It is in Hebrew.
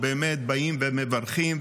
באמת באים ומברכים.